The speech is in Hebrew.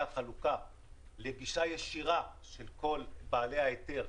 החלוקה לגישה ישירה של כל בעלי ההיתר,